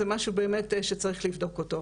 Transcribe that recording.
זה משהו שבאמת צריך לבדוק אותו.